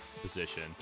position